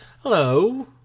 Hello